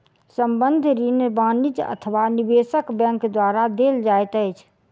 संबंद्ध ऋण वाणिज्य अथवा निवेशक बैंक द्वारा देल जाइत अछि